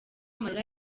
amarira